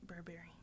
Burberry